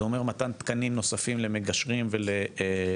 זה אומר מתן תקנים נוספים למגשרים ולאולפנים